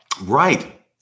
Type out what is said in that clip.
Right